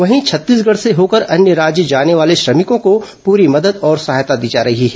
वहीं छत्तीसगढ से होकर अन्य राज्य जाने वाले श्रमिकों को पूरी मदद और सहायता दी जा रही है